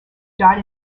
died